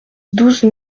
douze